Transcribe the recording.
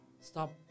Stop